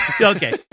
okay